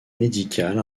médical